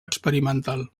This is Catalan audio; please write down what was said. experimental